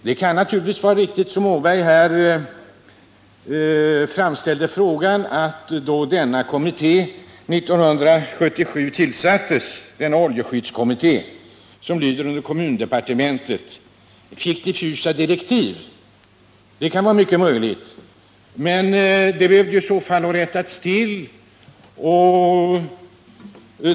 Det kan naturligtvis vara riktigt, som Georg Åberg här framställde det, att denna oljeskyddskommitté som lyder under kommundepartementet fick diffusa direktiv när den tillsattes 1977. Det är mycket möjligt, men det behöver i så fall rättas till.